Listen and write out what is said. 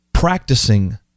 Practicing